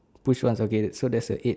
push one okay so there's a eight